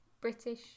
British